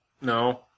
No